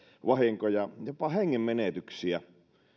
vahinkoja jopa hengenmenetyksiä